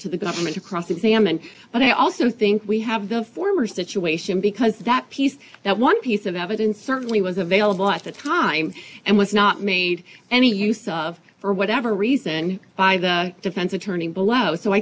to the government or cross examined but i also think we have the former situation because that piece that one piece of evidence certainly was available at the time and was not made any use of for whatever reason by the defense attorney blouse so i